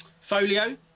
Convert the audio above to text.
folio